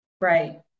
Right